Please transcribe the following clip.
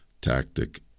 tactic